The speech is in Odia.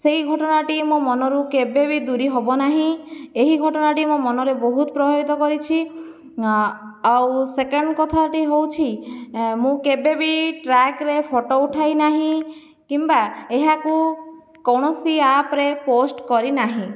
ସେହି ଘଟଣାଟି ମୋ' ମନରୁ କେବେ ବି ଦୂରୀ ହେବ ନାହିଁ ଏହି ଘଟଣାଟି ମୋ' ମନରେ ବହୁତ ପ୍ରଭାବିତ କରିଛି ଆଉ ସେକେଣ୍ଡ କଥାଟି ହେଉଛି ମୁଁ କେବେବି ଟ୍ରାକ୍ରେ ଫଟୋ ଉଠାଇନାହିଁ କିମ୍ବା ଏହାକୁ କୌଣସି ଆପ୍ରେ ପୋଷ୍ଟ କରିନାହିଁ